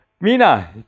Mina